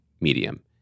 medium